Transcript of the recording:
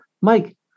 Mike